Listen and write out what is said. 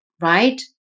right